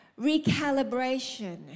recalibration